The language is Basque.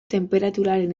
tenperaturaren